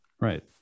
Right